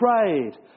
prayed